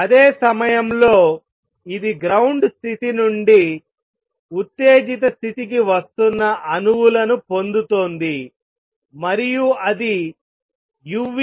అదే సమయంలో ఇది గ్రౌండ్ స్థితి నుండి ఉత్తేజిత స్థితికి వస్తున్న అణువులను పొందుతోంది మరియు అది uTN1B12